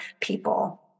people